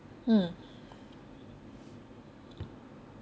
!huh!